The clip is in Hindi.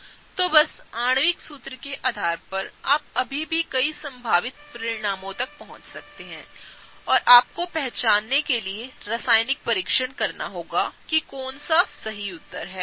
तो बस आणविक सूत्र के आधार पर आप अभी भी कई संभावित परिणामों तक पहुंच सकते हैंऔर आपको पहचानने के लिए रासायनिक परीक्षण करना होगा कि कौन सा सही उत्तर है ठीक है